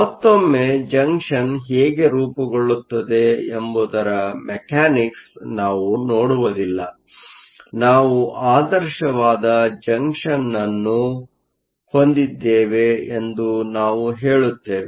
ಮತ್ತೊಮ್ಮೆ ಜಂಕ್ಷನ್ ಹೇಗೆ ರೂಪುಗೊಳ್ಳುತ್ತದೆ ಎಂಬುದರ ಮೆಕಾನಿಕ್ಸ್ ನಾವು ನೋಡುವುದಿಲ್ಲ ನಾವು ಆದರ್ಷವಾದ ಜಂಕ್ಷನ್ ಅನ್ನು ಹೊಂದಿದ್ದೇವೆ ಎಂದು ನಾವು ಹೇಳುತ್ತೇವೆ